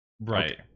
Right